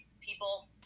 people